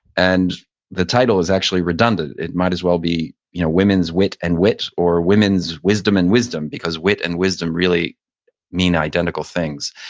and the title is actually redundant. it might as well be you know women's wit and wit or women's wisdom and wisdom because wit and wisdom really mean identical things.